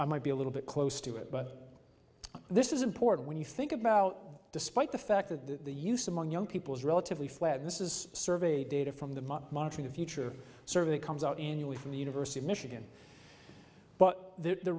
i might be a little bit close to it but this is important when you think about despite the fact that the use among young people is relatively flat this is survey data from the monitoring the future survey comes out anyway from the university of michigan but the